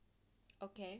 okay